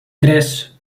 tres